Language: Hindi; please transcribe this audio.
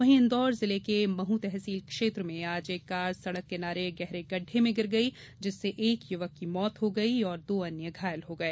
वही इंदौर जिले के महू तहसील क्षेत्र में आज एक कार सड़क किनारे गहरे गड्डे में गिर गयी जिससे एक युवक की मौत हो गयी और दो अन्य घायल हो गए